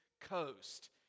coast